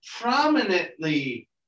prominently